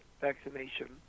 vaccination